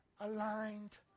aligned